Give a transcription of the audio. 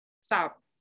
Stop